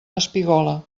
espigola